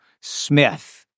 Smith